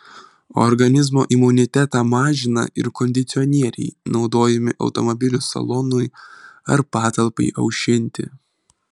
organizmo imunitetą mažina ir kondicionieriai naudojami automobilio salonui ar patalpai aušinti